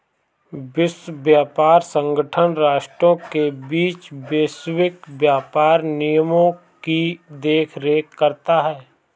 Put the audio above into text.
विश्व व्यापार संगठन राष्ट्रों के बीच वैश्विक व्यापार नियमों की देखरेख करता है